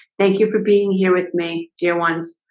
thank you for being here with me dear ones.